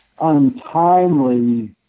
untimely